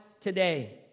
today